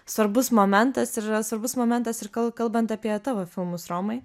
svarbus momentas ir yra svarbus momentas ir kal kalbant apie tavo filmus romai